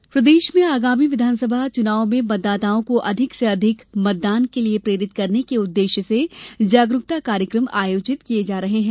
मतदाता जागरूकता प्रदेश में आगामी विधानसभा चुनाव में मतदाताओं को अधिक से अधिक मतदान के लिये प्रेरित करने के उद्देश्य से जागरूकता कार्यक्रम आयोजित किये जा रहे हैं